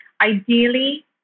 ideally